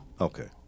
Okay